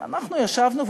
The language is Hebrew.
אנחנו ישבנו,